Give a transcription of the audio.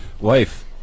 wife